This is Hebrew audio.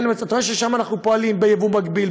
אתה רואה ששם אנחנו פועלים ביבוא מקביל,